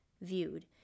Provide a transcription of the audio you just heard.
viewed